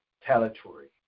territory